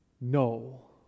No